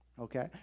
Okay